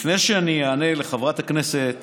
לפני שאני אענה לחברת הכנסת